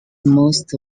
most